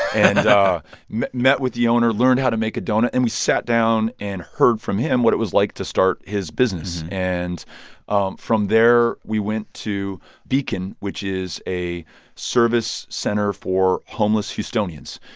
and met met with the owner, learned how to make a doughnut. and we sat down and heard from him what it was like to start his business. and um from there we went to beacon, which is a service center for homeless houstonians,